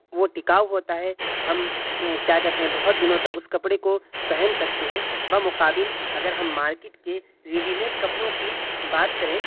وہ ٹکاؤ ہوتا ہے ہم کیا کہتے ہیں بہت دنوں تک اس کپڑے کو پہن سکتے ہیں بمقابل اگر ہم مارکیٹ کے ریڈی میڈ کپڑوں کی بات کریں